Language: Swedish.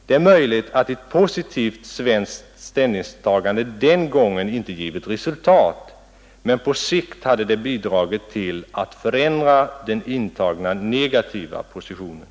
Det är möjligt att ett positivt svenskt ställningstagande den gången inte hade givit resultat, men på sikt hade det bidragit till att förändra den intagna negativa positionen.